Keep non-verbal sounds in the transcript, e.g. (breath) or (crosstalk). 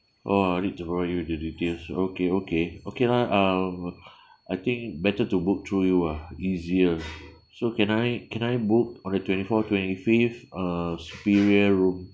oh I'll read tomorrow the details okay okay okay lah um (breath) I think better to book through you ah easier so can I can I book on the twenty fourth twenty fifth uh superior room